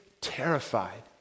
terrified